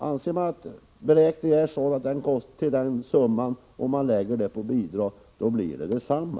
Anser man att räntan uppgår till den summa som man lägger på bidrag, så blir det detsamma.